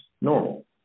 normal